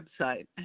website